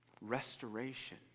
Restoration